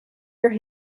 your